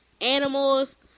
animals